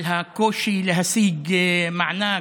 על הקושי להשיג מענק,